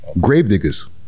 Gravediggers